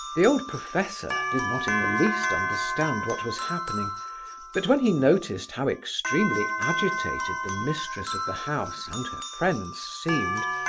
the old professor did not in the least understand what was happening but when he noticed how extremely agitated the mistress of the house, and her friends, seemed,